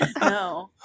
No